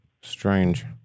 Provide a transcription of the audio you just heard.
Strange